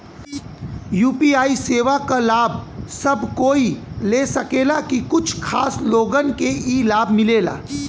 UPI सेवा क लाभ सब कोई ले सकेला की कुछ खास लोगन के ई लाभ मिलेला?